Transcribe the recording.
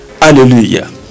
Hallelujah